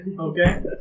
okay